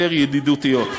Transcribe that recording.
יותר ידידותיות.